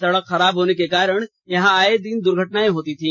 सड़क खराब होने के कारण यहां आए दिन दुर्घटनाएं होती थी